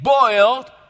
boiled